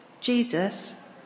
Jesus